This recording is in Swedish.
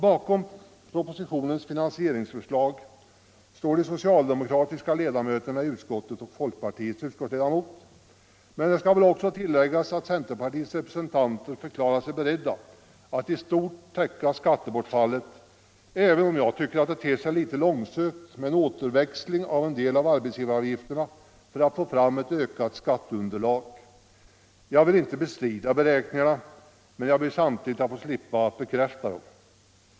Bakom propositionens finansieringsförslag står de socialdemokratiska ledamöterna i utskottet och folkpartiets utskottsledamot, men det skall väl också tilläggas att centerpartiets representanter förklarat sig beredda att i stort täcka skattebortfallet, även om jag tycker att det ter sig litet långsökt med en återväxling av en del av arbetsgivaravgifterna för att få fram ett ökat skatteunderlag. Jag vill inte bestrida beräkningarna, men jag ber samtidigt att få slippa att bekräfta dem.